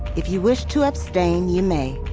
if you wish to abstain, you may.